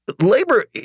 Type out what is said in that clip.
labor